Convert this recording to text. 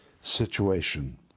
situation